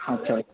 আচ্ছা